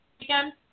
again